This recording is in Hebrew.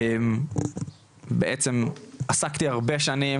בעצם עסקתי הרבה שנים,